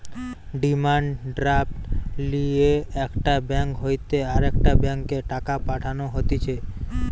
demand draft লিয়ে একটা bank হইতে আরেকটা ব্যাংকে টাকা পাঠানো হতিছে